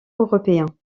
européens